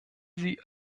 sie